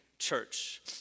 church